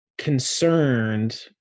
concerned